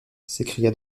s’écria